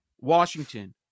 Washington